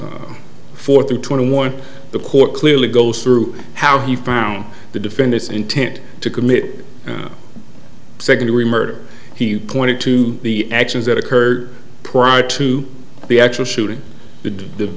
lines forty twenty one the court clearly goes through how he found the defendant's intent to commit second degree murder he pointed to the actions that occurred prior to the actual shooting the